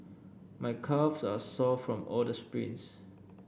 my calves are sore from all the sprints